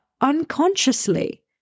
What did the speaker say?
Unconsciously